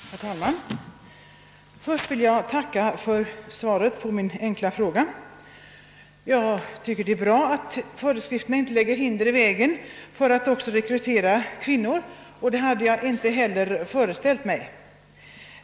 Herr talman! Först vill jag tacka för svaret på min enkla fråga. Jag tycker det är bra att föreskrifterna inte lägger hinder i vägen för rekrytering av kvinnor, och det hade jag heller inte föreställt mig.